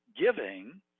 giving